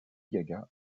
gaga